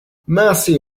mercy